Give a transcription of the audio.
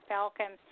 Falcon